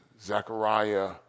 Zechariah